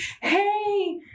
Hey